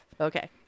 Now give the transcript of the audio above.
Okay